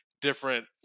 different